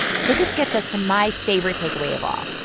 so this gets us to my favorite takeaway of all,